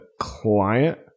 client